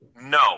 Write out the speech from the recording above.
no